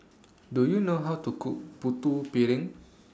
Do YOU know How to Cook Putu Piring